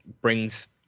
brings